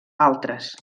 altres